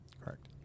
Correct